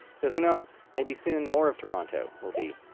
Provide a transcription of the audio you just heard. so who knows, maybe soon, more of toronto will be